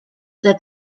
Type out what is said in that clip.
that